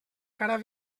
cara